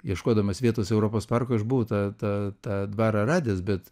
ieškodamas vietos europos parkui aš buvau tą tą tą dvarą radęs bet